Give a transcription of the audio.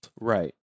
right